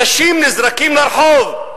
אנשים נזרקים לרחוב,